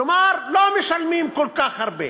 כלומר, לא משלמים כל כך הרבה,